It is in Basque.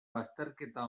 bazterketa